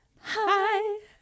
Hi